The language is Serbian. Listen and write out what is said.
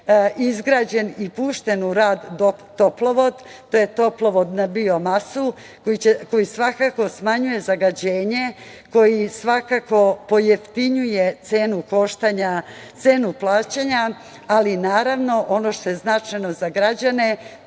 izgrađen i pušten u rad toplovod. To je toplovod na biomasu, koji svakako smanjuje zagađenje, koji svakako pojeftinjuje cenu plaćanja, ali i, naravno, ono što je značajno za građane,